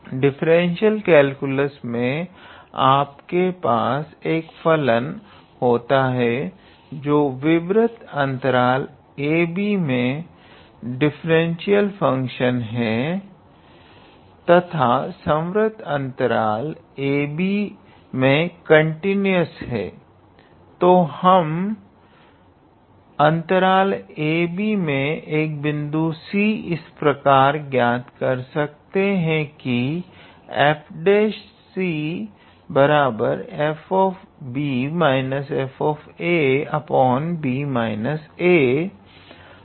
differential calculus मे आपके पास एक फलन होता है जो विवर्त अंतराल ab मे डिफरेंटीयल फंक्शन है तथा संवर्त अंतराल ab मे कंटीन्यूअस है तो हम अंतराल ab मे एक बिंदु c इस प्रकार ज्ञात कर सकते हैं कि f f fb a